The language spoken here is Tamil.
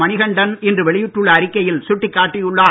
மணிகண்டன் இன்று வெளியிட்டுள்ள அறிக்கையில் சுட்டிக் காட்டியுள்ளார்